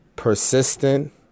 Persistent